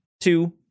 two